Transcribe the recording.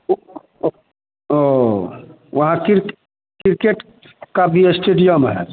ओइठाँ चलू ऑल वहाँ किर क्रिकेट का भी स्टेडियम है